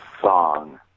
song